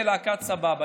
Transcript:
ולהקת סבבה.